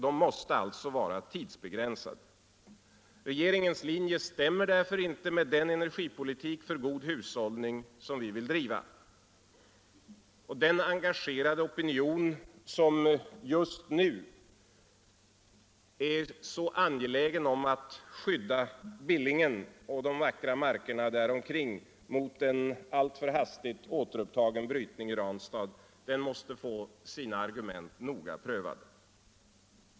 De måste alltså vara tidsbegränsade. Regeringens linje stämmer därför inte med den energipolitik för god hushållning som vi vill driva. Den engagerade opinion som just nu är angelägen om att skydda Billingen och de vacka markerna där omkring mot en alltför hastigt återupptagen brytning i Ranstad måste få sina argument noga prövade.